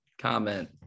comment